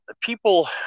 people